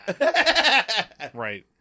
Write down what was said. Right